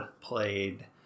played